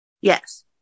Yes